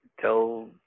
tell